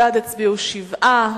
בעד הצביעו שבעה,